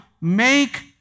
make